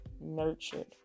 nurtured